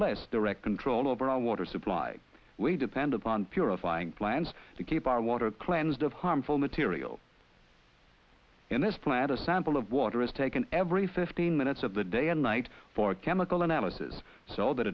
less direct control over our water supply we depend upon purifying plans to keep our water cleansed of harmful material in this plant a sample of water is taken every fifteen minutes of the day and night for chemical analysis so that